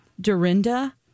Dorinda